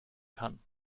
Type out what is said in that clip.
kann